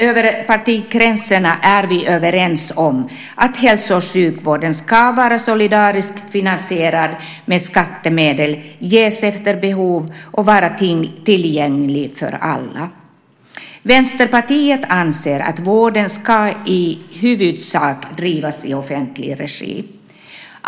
Över partigränserna är vi överens om att hälso och sjukvården ska vara solidariskt finansierad med skattemedel, ges efter behov och vara tillgänglig för alla. Vänsterpartiet anser att vården i huvudsak ska drivas i offentlig regi.